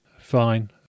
Fine